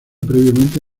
previamente